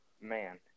man